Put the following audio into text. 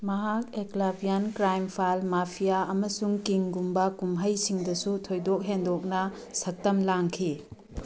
ꯃꯍꯥꯛ ꯑꯦꯀꯂꯕ꯭ꯌꯥꯟ file crime file mafia ꯃꯃꯁꯨꯡ ꯀꯤꯡꯒꯨꯝꯕ ꯀꯨꯝꯍꯩꯁꯤꯡꯗꯁꯨ ꯊꯣꯏꯗꯣꯛ ꯍꯦꯟꯗꯣꯛꯅ ꯁꯛꯇꯝ ꯂꯥꯡꯈꯤ